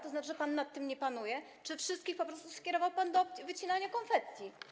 To znaczy, że pan nad tym nie panuje, czy wszystkich po prostu skierował pan do wycinania konfetti?